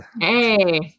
Hey